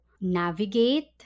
navigate